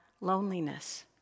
loneliness